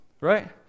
Right